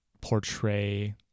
portray